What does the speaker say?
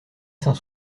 saint